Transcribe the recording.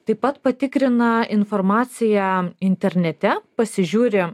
taip pat patikrina informaciją internete pasižiūri